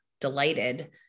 delighted